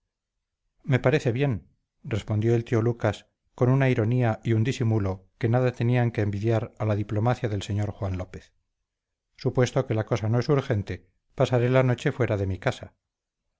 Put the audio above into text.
me parece bien respondió el tío lucas con una ironía y un disimulo que nada tenían que envidiar a la diplomacia del señor juan lópez supuesto que la cosa no es urgente pasaré la noche fuera de mi casa